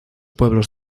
pueblos